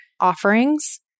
offerings